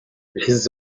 les